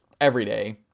everyday